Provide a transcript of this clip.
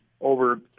over